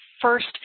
first